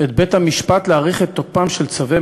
את בית-המשפט להאריך את תוקפם של צווי